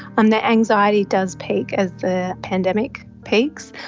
um their anxiety does peak as the pandemic peaks.